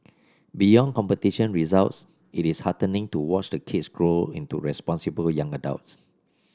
beyond competition results it is heartening to watch the kids grow into responsible young adults